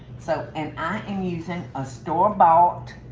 so, and i am using a store bought